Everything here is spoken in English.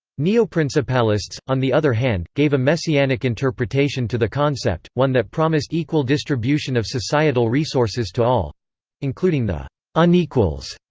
neoprincipalists, on the other hand, gave a messianic interpretation to the concept, one that promised equal distribution of societal resources to all including the unequals.